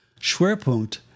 Schwerpunkt